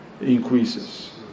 increases